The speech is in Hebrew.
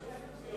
להעביר